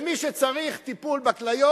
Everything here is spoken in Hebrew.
מי שצריך טיפול בכליות,